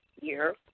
year